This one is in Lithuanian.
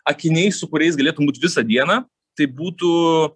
akiniai su kuriais galėtum būt visą dieną tai būtų